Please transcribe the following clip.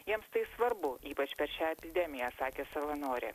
jiems tai svarbu ypač per šią epidemiją sakė savanorė